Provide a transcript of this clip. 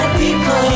people